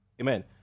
Amen